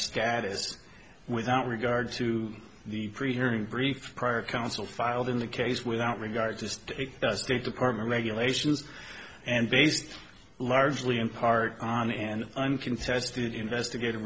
status without regard to the pre hearing brief prior counsel filed in the case without regard to state state department regulations and based largely in part on an uncontested investigative